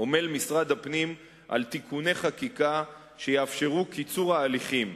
עמל משרד הפנים על תיקוני חקיקה שיאפשרו קיצור ההליכים,